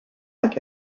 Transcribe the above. like